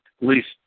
least